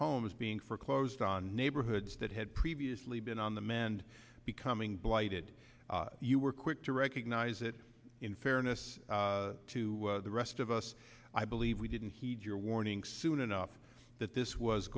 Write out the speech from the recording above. homes being foreclosed on neighborhoods that had previously been on the mend becoming blighted you were quick to recognize it in fairness to the rest of us i believe we didn't heed your warning soon enough that this was